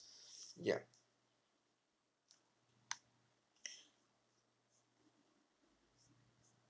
ya